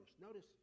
Notice